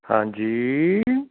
ਹਾਂਜੀ